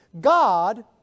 God